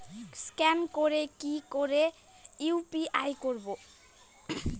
Scan করে কি করে ইউ.পি.আই করবো?